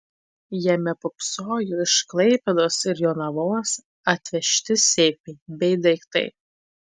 jame pūpsojo iš klaipėdos ir jonavos atvežti seifai bei daiktai